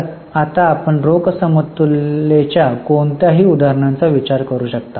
तर आता आपण रोख समतुल्यतेच्या कोणत्याही उदाहरणांचा विचार करू शकता